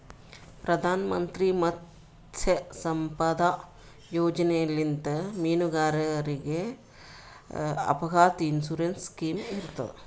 ಪ್ರಧಾನ್ ಮಂತ್ರಿ ಮತ್ಸ್ಯ ಸಂಪದಾ ಯೋಜನೆಲಿಂತ್ ಮೀನುಗಾರರಿಗ್ ಅಪಘಾತ್ ಇನ್ಸೂರೆನ್ಸ್ ಸ್ಕಿಮ್ ಇರ್ತದ್